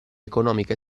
economica